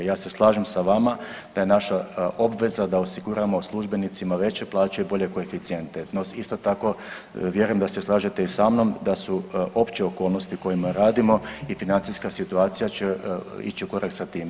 Ja se slažem sa vama da je naša obveza da osiguramo službenicima veće plaće i bolje koeficijente, no isto tako, vjerujem da se slažete i sa mnom da su opće okolnosti u kojima radimo i financijska situacija će ići u korak sa time.